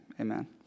Amen